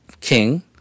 king